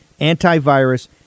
antivirus